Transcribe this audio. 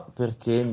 perché